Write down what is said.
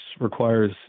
requires